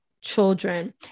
children